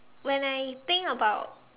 when I think about